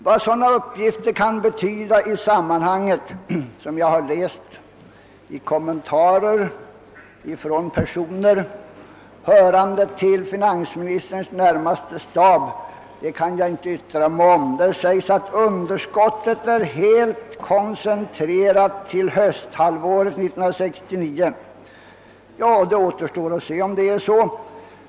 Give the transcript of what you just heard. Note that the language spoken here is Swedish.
Vad de uppgifter kan betyda i sammanhanget, som jag har läst i kommentarer från personer vilka hör till finansministerns närmaste stab, skall jag inte yttra mig om. Det sägs att underskottet är helt koncentrerat till hösthalvåret 1969. Det återstår att se om det är på detta sätt.